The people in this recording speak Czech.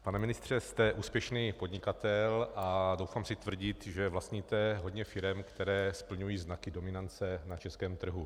Pane ministře, jste úspěšný podnikatel a troufám si tvrdit, že vlastníte hodně firem, které splňují znaky dominance na českém trhu.